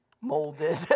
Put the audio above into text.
molded